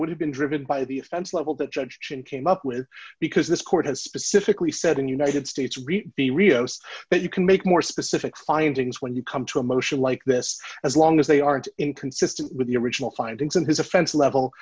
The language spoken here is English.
would have been driven by the offense level that judge chin came up with because this court has specifically said in united states read the rios but you can make more specific findings when you come to a motion like this as long as they aren't inconsistent with the original findings and his offense level